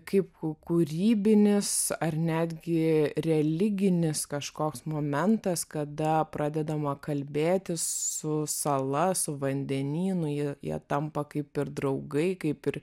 kaip kūrybinis ar netgi religinis kažkoks momentas kada pradedama kalbėtis su sala su vandenynu ir jie tampa kaip ir draugai kaip ir